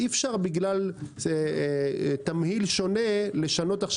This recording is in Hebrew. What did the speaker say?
אי אפשר בגלל תמהיל שונה לשנות את